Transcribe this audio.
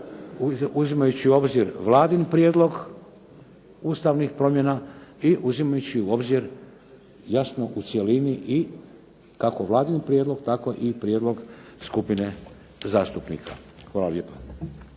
uzimajući u obzir vladin prijedlog ustavnih promjena i uzimajući u obzir jasno u cjelini i kako Vladin prijedlog tako i prijedlog skupine zastupnika. Hvala lijepa.